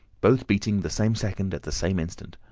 both beating the same second at the same instant.